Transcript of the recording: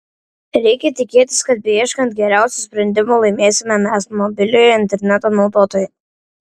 reikia tikėtis kad beieškant geriausių sprendimų laimėsime mes mobiliojo interneto naudotojai